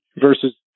versus